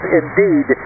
indeed